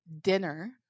dinner